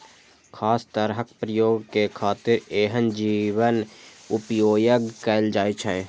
खास तरहक प्रयोग के खातिर एहन जीवक उपोयग कैल जाइ छै